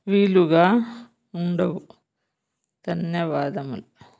వీలుగా ఉండవు ధన్యవాదములు